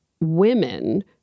women